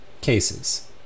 cases